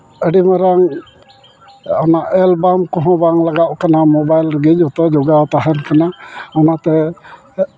ᱟᱹᱰᱤ ᱢᱟᱨᱟᱝ ᱟᱢᱟᱜ ᱮᱞᱵᱟᱢ ᱠᱚᱦᱚᱸ ᱵᱟᱝ ᱞᱟᱜᱟᱣᱚᱜ ᱠᱟᱱᱟ ᱢᱳᱵᱟᱭᱤᱞ ᱨᱮᱜᱮ ᱡᱷᱚᱛᱚ ᱡᱚᱜᱟᱣ ᱛᱟᱦᱮᱱ ᱠᱟᱱᱟ ᱚᱱᱟᱛᱮ